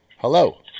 Hello